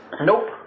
Nope